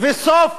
וסוף